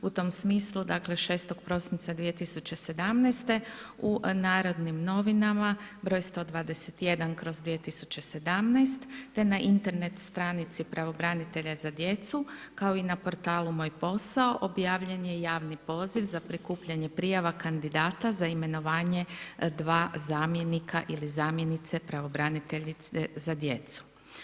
U tom smislu dakle 6. prosinca 2017. u Narodnim novinama br. 121/2017 te na Internet stranici pravobrantelja za djecu kao i na portalu Moj posao objavljen je javni poziv za prikupljanje prijava kandidata za imenovanja dva zamjenika ili zamjenice pravobraniteljice za djecu.